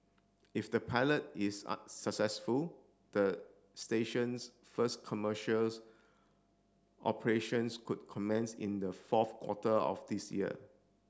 if the pilot is a successful the station's first commercials operations could commence in the fourth quarter of this year